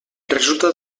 resulta